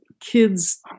kids